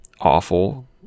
awful